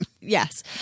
Yes